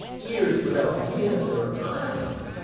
ears without hands or eyes,